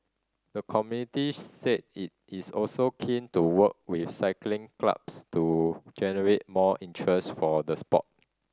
the committee said it is also keen to work with cycling clubs to generate more interest for the sport